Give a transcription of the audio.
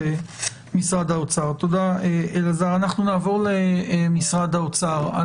אנחנו נעבור למשרד האוצר.